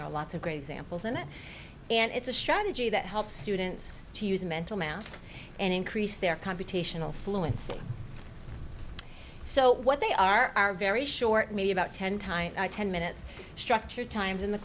there are lots of great examples in it and it's a strategy that helps students to use mental math and increase their computational fluency so what they are are very short maybe about ten times ten minutes structured times in the